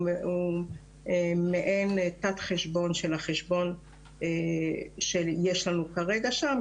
הוא מעין תת חשבון של החשבון שיש לנו כרגע שם,